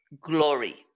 glory